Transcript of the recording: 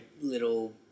little